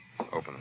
Open